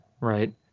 Right